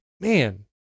man